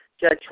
Judge